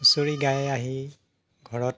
হুঁচৰি গাই আহি ঘৰত